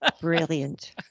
Brilliant